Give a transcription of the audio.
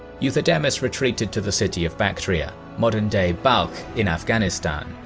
euthydemus retreated to the city of bactria, modern-day balkh in afghanistan,